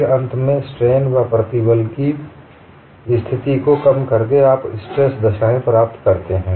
फिर अंत में स्ट्रेन व प्रतिबल की स्थिति को कम करके आप स्ट्रेस दशाएं प्राप्त करते हैं